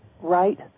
right